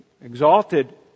exalted